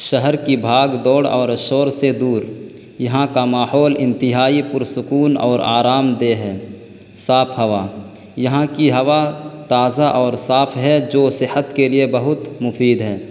شہر کی بھاگ دوڑ اور شور سے دور یہاں کا ماحول انتہائی پر سکون اور آرام دہ ہے صاف ہوا یہاں کی ہوا تازہ اور صاف ہے جو صحت کے لیے بہت مفید ہے